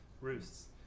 roosts